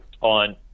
on